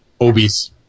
Obese